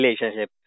relationship